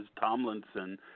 Tomlinson